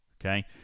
Okay